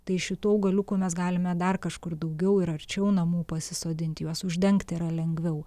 tai šitų augaliukų mes galime dar kažkur daugiau ir arčiau namų pasisodinti juos uždengti yra lengviau